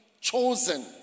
Chosen